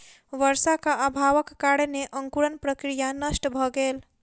वर्षाक अभावक कारणेँ अंकुरण प्रक्रिया नष्ट भ गेल